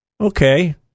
Okay